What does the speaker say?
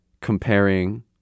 comparing